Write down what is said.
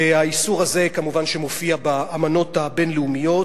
האיסור הזה מופיע כמובן באמנות הבין-לאומיות